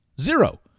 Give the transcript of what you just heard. Zero